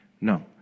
No